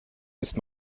ist